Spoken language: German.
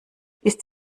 ist